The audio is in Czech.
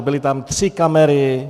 Byly tam tři kamery.